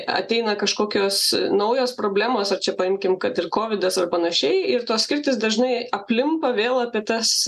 ateina kažkokios naujos problemos ar čia paimkim kad ir kovidas ar panašiai ir tos skirtys dažnai aplimpa vėl apie tas